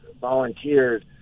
volunteers